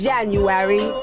January